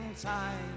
time